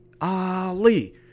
Ali